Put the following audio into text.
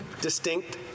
distinct